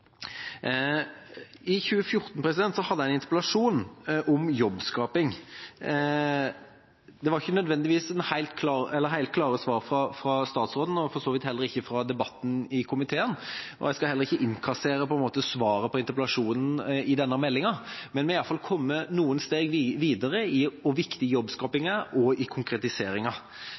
I 2014 hadde jeg en interpellasjon om jobbskaping. Det kom ikke nødvendigvis helt klare svar fra statsråden, og for så vidt heller ikke fra komiteen i debatten. Jeg skal heller ikke innkassere svaret på interpellasjonen i denne meldinga, men vi er i alle fall kommet noen steg videre med hvor viktig jobbskaping er, og i konkretiseringa.